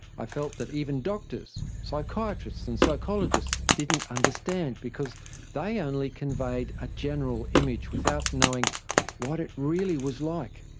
i felt that even doctors, psychiatrists and psychologists didn't understand because they only conveyed a general image without knowing what it really was like.